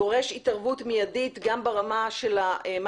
דורש התערבות מיידית גם ברמה של מה